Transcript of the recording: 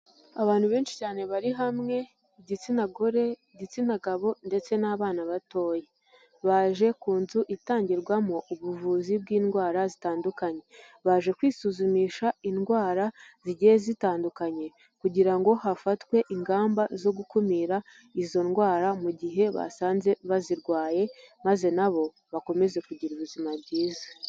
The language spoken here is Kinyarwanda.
Abantu benshi cyane bari hamwe, igitsina gore, igitsina gabo ndetse n'abana batoya. Baje ku nzu itangirwamo ubuvuzi bw'indwara zitandukanye. Baje kwisuzumisha indwara zigiye zitandukanye kugira ngo hafatwe ingamba zo gukumira izo ndwara mu gihe basanze bazirwaye, maze na bo bakomeze kugira ubuzima bwiza.